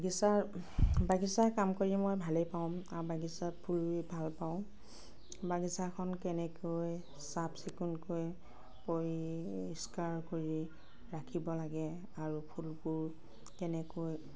বাগিচাৰ বাগিচাৰ কাম কৰি মই ভালেই পাওঁ বাগিচাত ফুল ৰুই ভাল পাওঁ বাগিচাখন কেনেকৈ চাফ চিকুণকৈ পৰিস্কাৰ কৰি ৰাখিব লাগে আৰু ফুলবোৰ কেনেকৈ